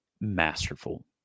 masterful